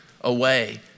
away